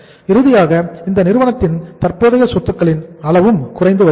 இறுதியாக இந்த நிறுவனத்தின் தற்போதைய சொத்துக்களின் அளவும் குறைந்து வருகிறது